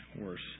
worse